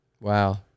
Wow